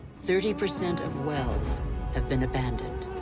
thirty percent of wells have been abandoned.